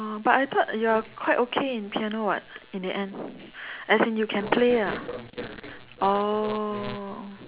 oh but I thought you're quite okay in piano [what] in the end as in you can play ah oh